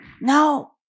no